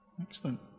Excellent